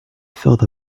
felt